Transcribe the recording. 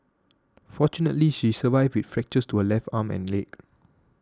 fortunately she survived with fractures to her left arm and leg